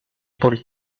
por